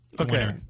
Okay